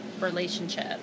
relationship